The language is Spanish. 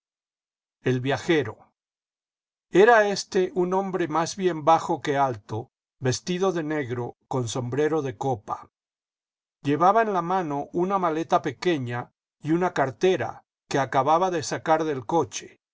el viajero era éste un hombre más bien bajo que alto vestido de negro con sombrero de copa llevaba en la mano una maleta pequeña y una cartera que acababa de sacar del coche